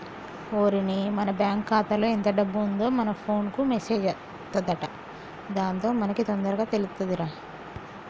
ఓరిని మన బ్యాంకు ఖాతాలో ఎంత డబ్బు ఉందో మన ఫోన్ కు మెసేజ్ అత్తదంట దాంతో మనకి తొందరగా తెలుతుందిరా